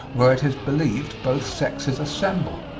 where it is believed both sexes assemble.